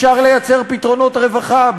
אפשר לייצר פתרונות רווחה,